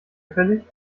gefällig